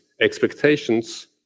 expectations